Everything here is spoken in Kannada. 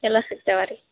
ಎಲ್ಲ ಸಿಗ್ತಾವಾ ರಿ